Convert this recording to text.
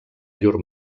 llur